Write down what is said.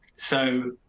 so.